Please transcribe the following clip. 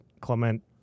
Clement